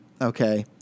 okay